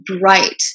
bright